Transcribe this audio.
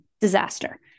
disaster